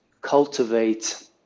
cultivate